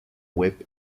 web